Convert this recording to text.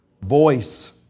Voice